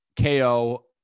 KO